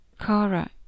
Kara